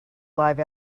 live